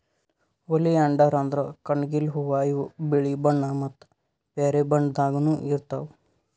oleander ಅಂದ್ರ ಕಣಗಿಲ್ ಹೂವಾ ಇವ್ ಬಿಳಿ ಬಣ್ಣಾ ಮತ್ತ್ ಬ್ಯಾರೆ ಬಣ್ಣದಾಗನೂ ಇರ್ತವ್